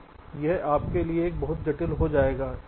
तो यह आपके लिए बहुत जटिल हो जाएगा